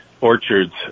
orchards